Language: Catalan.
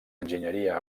enginyeria